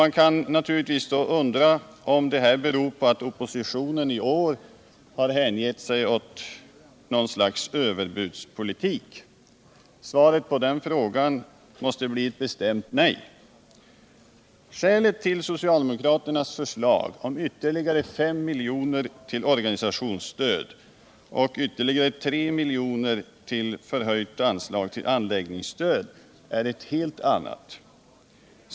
Man kan naturligtvis fråga sig om det beror på att oppositionen i år har hängett sig åt något slags överbudspolitik. Svaret på den frågan måste bli ett bestämt nej. Skälet till socialdemokraternas förslag om ytterligare 5 miljoner till organisationsstöd och ett i förhållande till regeringens förslag förhöjt anslag med 3 miljoner till anläggningsstöd är ett helt annat.